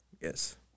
yes